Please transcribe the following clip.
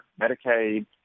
Medicaid